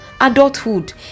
Adulthood